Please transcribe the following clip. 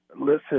Listen